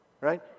right